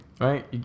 Right